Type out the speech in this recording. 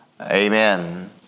Amen